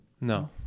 No